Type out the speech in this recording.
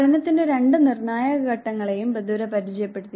പഠനത്തിന്റെ രണ്ട് നിർണായക ഘടകങ്ങളെയും ബന്ദുര പരിചയപ്പെടുത്തി